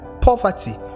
poverty